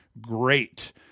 great